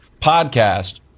podcast